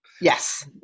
Yes